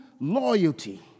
loyalty